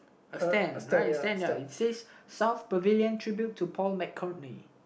a stand right a stand ya it says South Pavilion Tribute to Paul-McCourtney